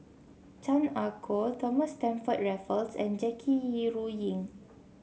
Chan Ah Kow Thomas Stamford Raffles and Jackie Yi Ru Ying